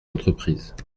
entreprises